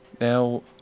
Now